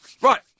Right